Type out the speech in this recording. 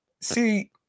See